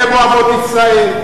הן אוהבות ישראל,